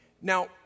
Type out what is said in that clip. Now